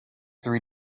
three